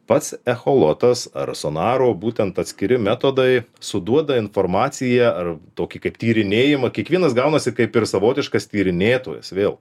pats echolotas ar sonaro būtent atskiri metodai suduoda informaciją ar tokį kaip tyrinėjimą kiekvienas gaunasi kaip ir savotiškas tyrinėtojas vėl